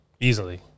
Easily